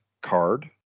card